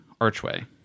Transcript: archway